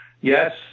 Yes